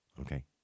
Okay